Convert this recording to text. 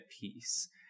peace